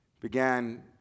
began